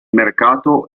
mercato